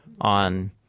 on